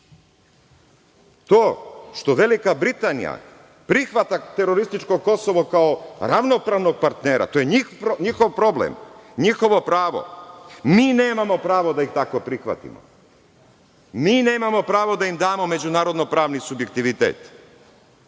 što Velika Britanija prihvata terorističko Kosovo kao ravnopravnog partnera, to je njihov problem, njihovo pravo. Mi nemamo pravo da ih tako prihvatimo. Mi nemamo pravo da im damo međunarodno-pravni subjektivitet.